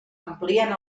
amplien